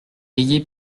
ayez